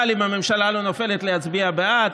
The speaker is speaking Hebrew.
אבל אם הממשלה לא נופלת להצביע בעד.